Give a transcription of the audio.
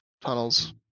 tunnels